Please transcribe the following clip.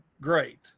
great